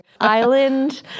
island